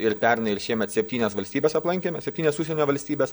ir pernai ir šiemet septynias valstybes aplankėme septynias užsienio valstybes